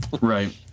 Right